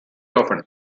often